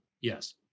Yes